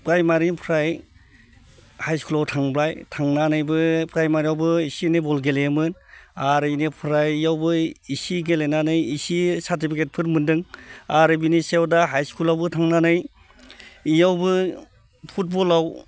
प्राइमारिनिफ्राय हाइस्कुलाव थांबाय थांनानैबो प्राइमारियावबो एसे एनै बल गेलेयोमोन आरो इनिफ्राय इयावबो एसे गेलेनानै एसे सार्टिफिकेटफोर मोन्दों आरो बिनि सायाव दा हाइस्कुलावबो थांनानै इयावबो फुटबलाव